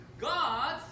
gods